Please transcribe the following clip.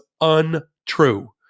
untrue